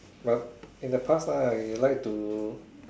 but in the past lah you like to